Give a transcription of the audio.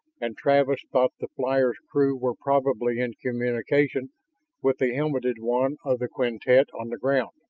and travis thought the flyer's crew were probably in communication with the helmeted one of the quintet on the ground.